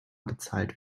bezahlt